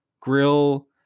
grill